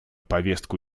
повестку